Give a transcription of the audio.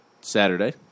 Saturday